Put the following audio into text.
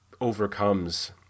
overcomes